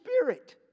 Spirit